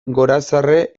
gorazarre